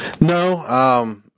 No